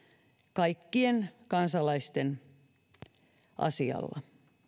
kaikkien kansalaisten asialla